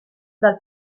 dal